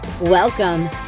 Welcome